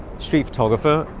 street photographer.